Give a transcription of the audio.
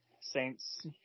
Saints